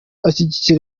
ashyigikiye